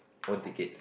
own tickets